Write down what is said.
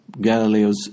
Galileo's